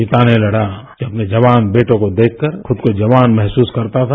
पिता ने लड़ा कि अपने जवान बेटों को देखकर खुद को जवान महसूस करता था